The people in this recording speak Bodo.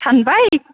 फानबाय